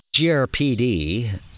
GRPD